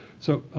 so